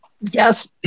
Yes